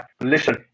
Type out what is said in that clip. Listen